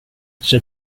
said